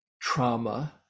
trauma